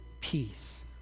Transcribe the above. peace